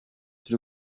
turi